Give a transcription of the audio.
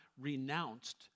renounced